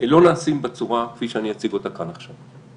לא נעשים בצורה כפי שאני אציג אותה כאן עכשיו.